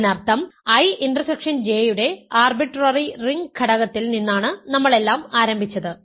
അതിനർത്ഥം I intersection J യുടെ arbitrary ring ഘടകത്തിൽ നിന്നാണ് നമ്മൾ എല്ലാം ആരംഭിച്ചത്